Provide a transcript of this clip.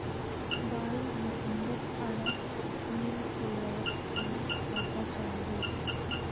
बालमुकुंदक आरा मिल खोलवार त न पैसा चाहिए